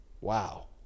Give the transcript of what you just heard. Wow